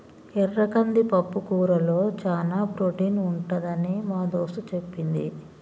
ఎర్ర కంది పప్పుకూరలో చానా ప్రోటీన్ ఉంటదని మా దోస్తు చెప్పింది